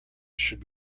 should